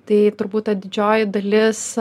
tai turbūt ta didžioji dalis